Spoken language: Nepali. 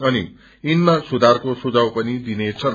अनि यिनमा सुधारको सुझाव पनि दिनेछन्